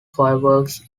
fireworks